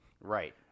Right